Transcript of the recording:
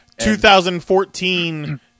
2014